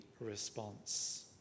response